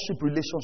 relationship